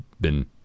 bin